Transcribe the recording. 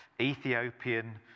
Ethiopian